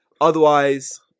otherwise